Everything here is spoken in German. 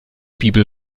bibel